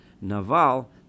Naval